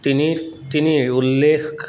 তিনি তিনিৰ উল্লেখ